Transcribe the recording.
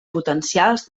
potencials